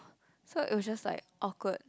so it was just like awkward